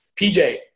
PJ